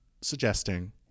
suggesting